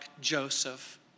Joseph